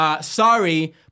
Sorry